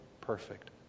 perfect